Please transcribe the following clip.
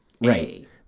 right